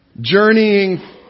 Journeying